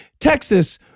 Texas